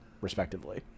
respectively